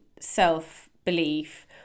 self-belief